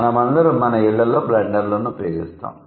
మనమందరం మన ఇళ్లలో బ్లెండర్లను ఉపయోగిస్తాము